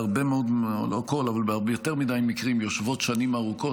לא כל, אבל ביותר מקרים, יושבת שנים ארוכות.